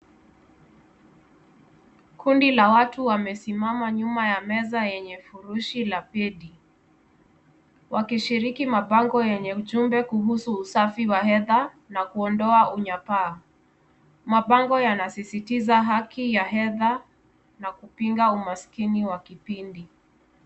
Kundi la watu wamesimama nyuma ya meza yenye vurushi la bedi wakishiriki mapango lenye ujumbe kuhusu usafi wa hedha na kuondoa unyapaa mapango yanasisistisa haki ya hedha na kupinga umaskini wa kipindi.